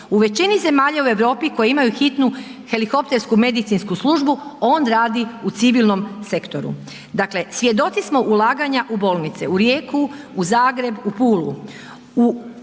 U većini zemalja u Europi koje imaju hitnu helikoptersku medicinsku službu on radi u civilnom sektoru. Dakle, svjedoci smo ulaganja u bolnice, u Rijeku, u Zagreb u Pulu.